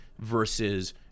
versus